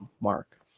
mark